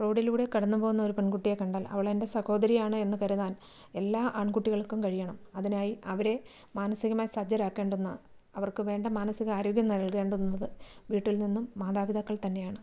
റോഡിലൂടെ കടന്നു പോകുന്ന ഒരു പെൺകുട്ടിയെ കണ്ടാൽ അവളെൻ്റെ സഹോദരിയാണ് എന്ന് കരുതാൻ എല്ലാ ആൺകുട്ടികൾക്കും കഴിയണം അതിനായി അവരെ മാനസികമായി സജ്ജരാക്കേണ്ടുന്ന അവർക്ക് വേണ്ടുന്ന മാനസിക ആരോഗ്യം നൽകേണ്ടുന്നത് വീട്ടിൽ നിന്നും മാതാപിതാക്കൾ തന്നെയാണ്